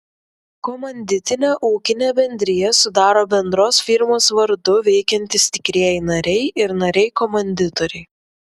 komanditinę ūkinę bendriją sudaro bendros firmos vardu veikiantys tikrieji nariai ir nariai komanditoriai